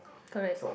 correct